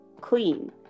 clean